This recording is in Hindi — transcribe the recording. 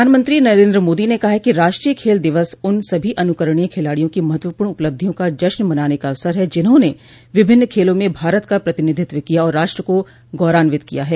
प्रधानमंत्री नरेंद्र मोदी ने कहा कि राष्ट्रीय खेल दिवस उन सभी अन्करणीय खिलाडियों की महत्वपूर्ण उपलब्धियों का जश्न मनाने का अवसर है जिन्होंने विभिन्न खेलों में भारत का प्रतिनिधित्व किया और राष्ट्र को गौरवान्वित किया है